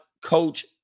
coach